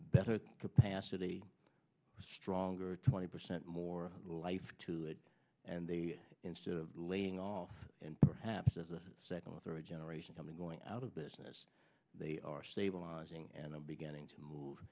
better capacity stronger twenty percent more life to it and they instead of laying off and perhaps a second or third generation coming going out of business they are stabilizing and i'm beginning to move